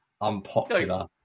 unpopular